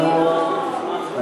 רבותי,